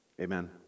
Amen